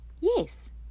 Yes